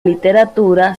literatura